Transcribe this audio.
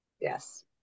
Yes